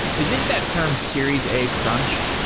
is this that term series a crunch,